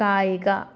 കായിക